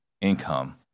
income